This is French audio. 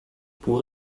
pour